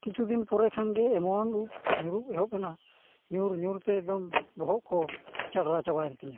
ᱠᱤᱪᱷᱩ ᱫᱤᱱ ᱯᱚᱨᱮ ᱠᱷᱟᱱᱜᱮ ᱮᱢᱚᱱ ᱩᱯ ᱧᱩᱨᱩ ᱮᱦᱚᱵ ᱮᱱᱟ ᱧᱩᱨᱼᱧᱩᱨᱛᱮ ᱮᱠᱫᱚᱢ ᱵᱚᱦᱚᱜ ᱠᱚ ᱪᱟᱰᱨᱟ ᱪᱟᱵᱟᱭᱮᱱ ᱛᱤᱧᱟ